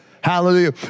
Hallelujah